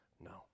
no